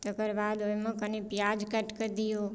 तकर बाद ओहिमे कनी प्याज काटि कऽ दियौ